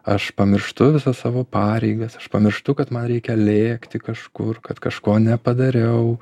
aš pamirštu visas savo pareigas aš pamirštu kad man reikia lėkti kažkur kad kažko nepadariau